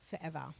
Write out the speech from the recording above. forever